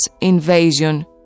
invasion